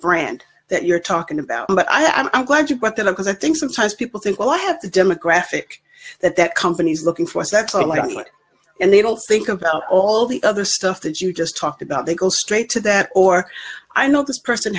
brand that you're talking about but i am glad you brought that up because i think sometimes people think well i have a demographic that that company's looking for satellite and they don't think about all the other stuff that you just talked about they go straight to that or i know this person